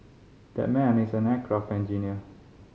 that man is an aircraft engineer